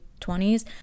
20s